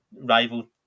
rival